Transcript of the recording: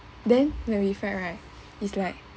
then when we fight right is like